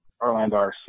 Orlando